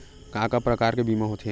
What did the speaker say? का का प्रकार के बीमा होथे?